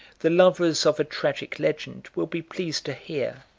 the lovers of a tragic legend will be pleased to hear,